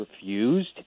refused